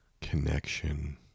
connection